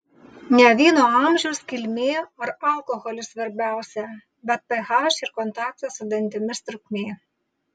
ne vyno amžius kilmė ar alkoholis svarbiausia bet ph ir kontakto su dantimis trukmė